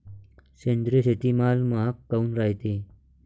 सेंद्रिय शेतीमाल महाग काऊन रायते?